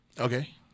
Okay